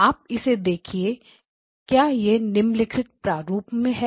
आप इसे देखिए क्या यह निम्नलिखित प्रारूप में है